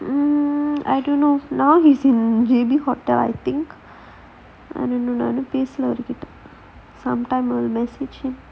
mmhmm I don't know now he's in J_B hotel I think I don't know lah sometime I will message him